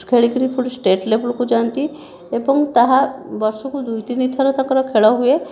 ଖେଳିକରି ପୁଣି ଷ୍ଟେଟ ଲେବଲକୁ ଯାଆନ୍ତି ଏବଂ ତାହା ବର୍ଷକୁ ଦୁଇ ତିନିଥର ତାଙ୍କର ଖେଳ ହୁଏ